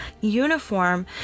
uniform